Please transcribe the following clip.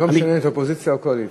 לא משנה אם אתה אופוזיציה או קואליציה.